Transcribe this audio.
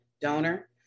donor